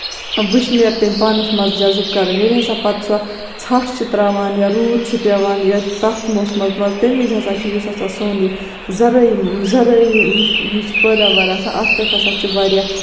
وٕشنیر تِم پانَس منٛز جَزٕب کَرُن ییٚلہِ ہسا پَتہٕ سۄ ژھٹھ چھِ تراوان یا روٗد چھُ پیوان یا تَتھ موسَمَس منٛز تَمہِ وِزِ ہسا چھُ یُس ہسا سون یہِ زَرٲعی زَرٲعی یہِ چھُ پٲداوار آسان اَتھ پٮ۪ٹھ ہسا چھُ واریاہ